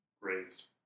raised